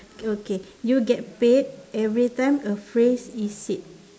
okay you get paid everytime a phrase is said